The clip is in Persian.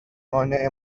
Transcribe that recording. مانع